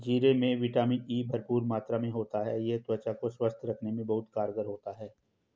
जीरे में vitamin E भरपूर मात्रा में होता है यह त्वचा को स्वस्थ रखने में बहुत कारगर होता है